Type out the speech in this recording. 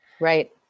Right